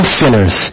sinners